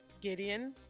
Gideon